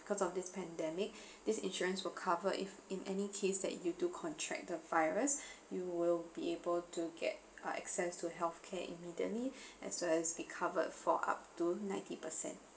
because of this pandemic this insurance will cover if in any case that you do contract the virus you will be able to get access to healthcare immediately as well as be covered for up to ninety percent